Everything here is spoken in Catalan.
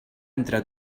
entre